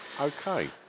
Okay